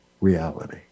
reality